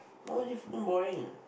my O_G fucking boring